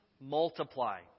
multiply